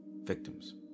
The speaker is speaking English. victims